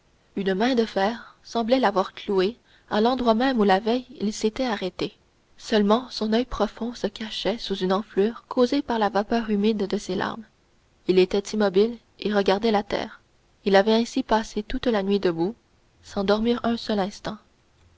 une main de fer semblait l'avoir cloué à l'endroit même où la veille il s'était arrêté seulement son oeil profond se cachait sous une enflure causée par la vapeur humide de ses larmes il était immobile et regardait la terre il avait ainsi passé toute la nuit debout et sans dormir un instant